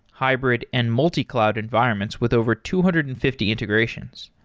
hybrid and multi-cloud environments with over two hundred and fifty integrations.